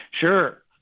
Sure